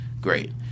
great